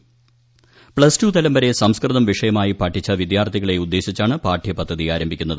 plus two തലംവരെ സംസ്കൃത് വിഷയമായി പഠിച്ച വിദ്യാർഥികളെ ഉദ്ദേശിച്ചാണ് പാഠ്യപ്ദ്ധതി ആരംഭിക്കുന്നത്